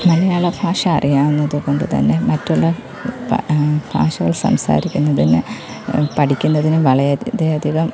മലയാള ഭാഷ അറിയാവുന്നതുകൊണ്ടു തന്നെ മറ്റുള്ള ഭാഷകൾ സംസാരിക്കുന്നതിന് പഠിക്കുന്നതിനും വളരെയധികം